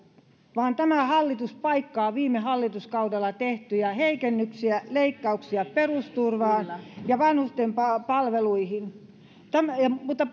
vaan tämä hallitus paikkaa viime hallituskaudella tehtyjä heikennyksiä leikkauksia perusturvaan ja vanhusten palveluihin mutta